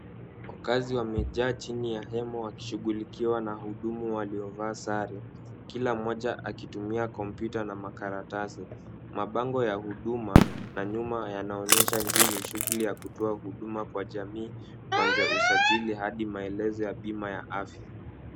Wakaazi wamejaa chini ya hema wakishughulikiwa na mhudumu waliovaa sare, kila mmoja akitumia kompyuta na makaratasi. Mabango ya huduma na nyuma yanaonyesha hii ni shughuli ya kutoa huduma kwa jamii kuanzia usajili hadi maelezo ya bima ya afya.